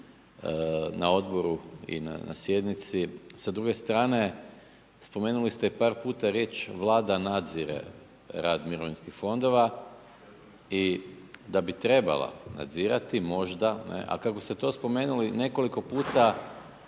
na odboru i na sjednici. S druge strane, spomenuli ste par puta riječ Vlada nazire rad mirovinskih fondova. I da bi trebala nadzirati, možda, a kako ste to spomenuli nekoliko puta